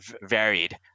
varied